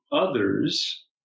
others